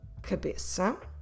cabeça